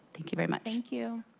thank you very much. thank you.